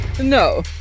No